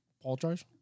Apologize